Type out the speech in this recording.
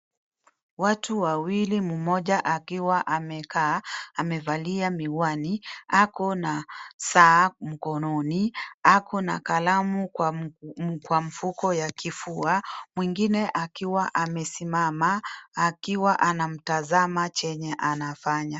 Watu wawili mmoja akiwa amekaa, amevalia miwani, ako na saa mkononi, ako na kalamu kwa mfuko ya kifua, mwingine akiwa amesimama, akiwa anamtazama chenye anafanya.